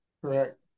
correct